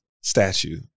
statue